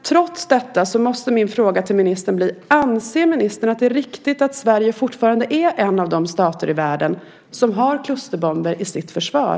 Trots detta måste min fråga till ministern bli: Anser ministern att det är riktigt att Sverige fortfarande är en av de stater i världen som har klusterbomber i sitt försvar?